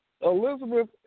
Elizabeth